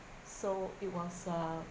so it was a